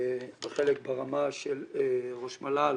ברמה של ראש מל"ל